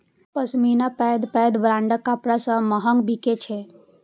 पश्मीना पैघ पैघ ब्रांडक कपड़ा सं महग बिकै छै